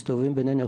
מסתובבים בינינו.